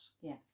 yes